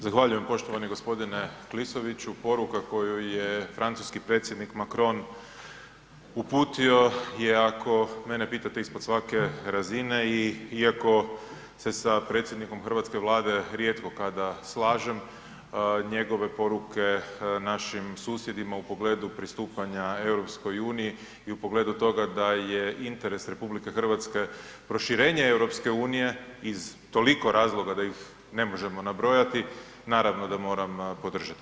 Zahvaljujem poštovani g. Klisoviću, poruka koju je francuski predsjednik Macron uputio je, ako mene pitate, ispod svake razine i iako se sa predsjednikom hrvatske Vlade rijetko kada slažem, njegove poruke našim susjedima u pogledu pristupanja EU i u pogledu toga da je interes RH proširenje EU iz toliko razloga da ih ne možemo nabrojati, naravno da moram podržati.